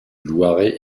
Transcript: loiret